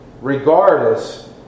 regardless